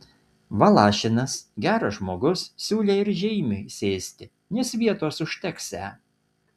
valašinas geras žmogus siūlė ir žeimiui sėsti nes vietos užteksią